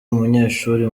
umunyeshuri